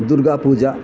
Durga Puja